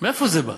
מאיפה זה בא?